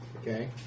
Okay